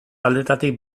aldetatik